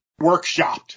workshopped